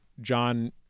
John